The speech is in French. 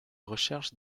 recherche